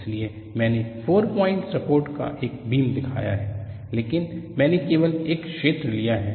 इसलिए मैंने 4 point support का एक बीम दिखाया है लेकिन मैंने केवल एक क्षेत्र लिया है